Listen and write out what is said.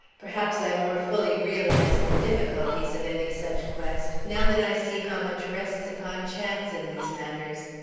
perhaps i more fully realize the difficulties of any such quest, now that i see how much rests upon chance in these matters.